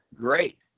great